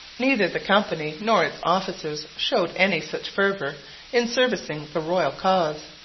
neither the company nor its officers showed any such fervour in serving the royal cause.